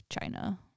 China